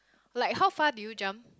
like how far do you jump